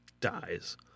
dies